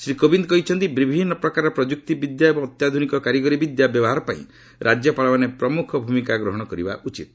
ଶ୍ରୀ କୋବିନ୍ଦ କହିଛନ୍ତି ବିଭିନ୍ନ ପ୍ରକାର ପ୍ରଯୁକ୍ତି ବିଦ୍ୟା ଏବଂ ଅତ୍ୟାଧୁନିକ କାରିଗରି ବିଦ୍ୟା ବ୍ୟବହାର ପାଇଁ ରାଜ୍ୟପାଳମାନେ ପ୍ରମୁଖ ଭୂମିକା ଗ୍ରହଣ କରିବା ଉଚିତ୍